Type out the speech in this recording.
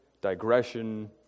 digression